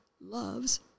loves